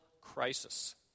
crisis